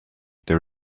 there